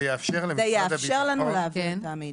זה יאפשר לנו להעביר את המידע.